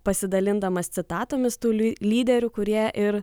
pasidalindamas citatomis tų ly lyderių kurie ir